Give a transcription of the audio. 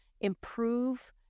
improve